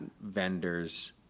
vendor's